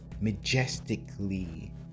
majestically